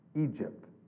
Egypt